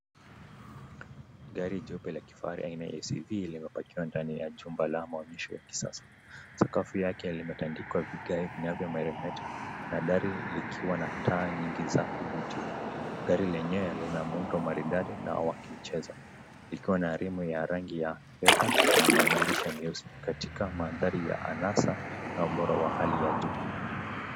Gari jeupe la kifahari aina ya SUV limepakiwa ndani ya chumba la maonyesho la kisasa. Sakafu yake limetandikwa vigeo vinavyo meremeta na gari likiwa na taa nyingi za kuvutia. Gari lenyewe lina muundo maridadi na wakimchezo likiwa na rimu ya rangi ya fedha na madirisha meusi katika magari ya anasa na ubora wa hali ya juu.